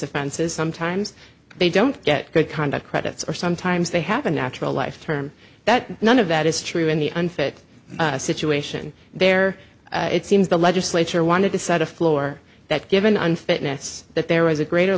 offenses sometimes they don't get good conduct credits or sometimes they happen natural life term that none of that is true in the unfit situation there it seems the legislature wanted to set a floor that given unfitness that there was a greater